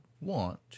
want